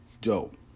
dope